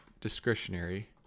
discretionary